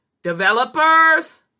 Developers